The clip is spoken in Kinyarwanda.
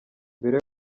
mbere